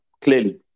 clearly